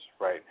right